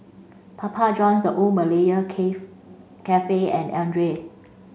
Papa Johns The Old Malaya cave Cafe and Andre